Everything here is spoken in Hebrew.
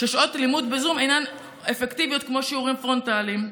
ששעות הלימוד בזום אינן אפקטיביות כמו שיעורים פרונטליים.